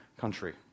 country